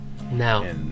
Now